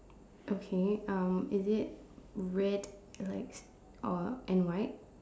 okay um is it red like or and white